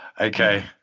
okay